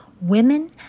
Women